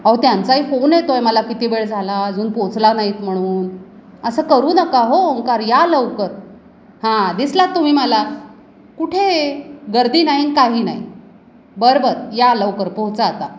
अहो त्यांचाही फोन येतो आहे मला किती वेळ झाला अजून पोहचला नाहीत म्हणून असं करू नका हो ओंकार या लवकर हां दिसलात तुम्ही मला कुठे गर्दी नाही काही नाही बरं बरं या लवकर पोहचा आता